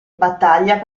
battaglia